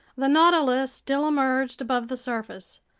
the nautilus still emerged above the surface.